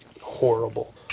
horrible